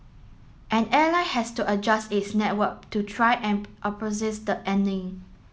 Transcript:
an airline has to adjust its network to try and the earning